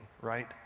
right